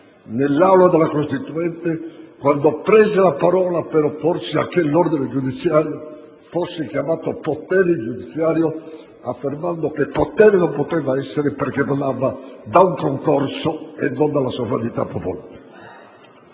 nell'Aula della Costituente, quando prese la parola per opporsi a che l'ordine giudiziario fosse chiamato potere giudiziario, affermando che potere non poteva essere perché emanava da un concorso e non dalla sovranità popolare.